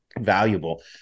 valuable